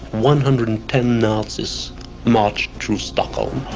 one hundred and ten nazis marched through stockholm,